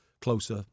closer